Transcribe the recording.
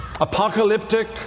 apocalyptic